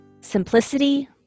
Simplicity